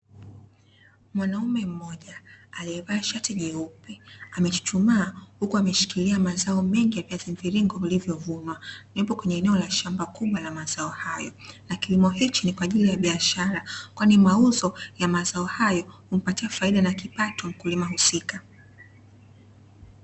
Mwanaume mmoja aliyevaa shati jeupe, amechuchumaa, huku akiwa ameshikilia mazao mengi ya viazi mviringo vilivyo vunwa, yupo katika shamba kubwa la mazao hayo. Na kilimo hiki ni kwa ajili ya biashara, kwani mauzo hayo humpatia faida na kipato mkulima husika.